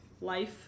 life